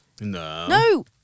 no